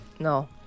No